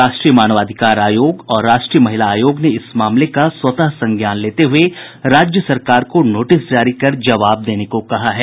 राष्ट्रीय मानवाधिकार आयोग और राष्ट्रीय महिला आयोग ने इस मामले का स्वतः संज्ञान लेते हुए राज्य सरकार को नोटिस जारी कर जवाब देने को कहा है